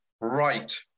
right